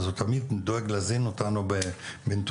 אז הוא תמיד דואג להזין אותנו בנתונים.